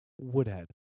woodhead